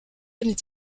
n’est